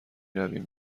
رویم